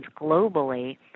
globally